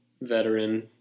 veteran